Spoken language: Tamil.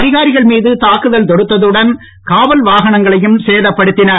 அதிகாரிகள் மீது தாக்குதல் தொடுத்ததுடன் காவல் வாகனங்களையும் சேதப்படுத்தினார்கள்